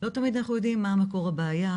לא תמיד אנחנו יודעים מה מקור הבעיה.